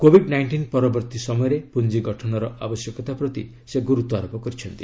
Covid nineteen ପରବର୍ତ୍ତୀ ସମୟରେ ପୁଞ୍ଜି ଗଠନର ଆବଶ୍ୟକତା ପ୍ରତି ସେ ଗୁରୁତ୍ୱାରୋପ କରିଛନ୍ତି